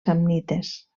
samnites